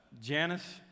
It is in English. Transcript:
Janice